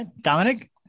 Dominic